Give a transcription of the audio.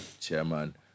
Chairman